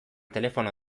telefono